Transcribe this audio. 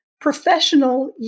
professional